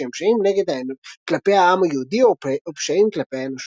ושהם פשעים כלפי העם היהודי או פשעים כלפי האנושות".